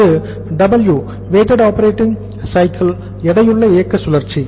அது W weighted operating cycle அதாவது எடையுள்ள இயக்க சுழற்சி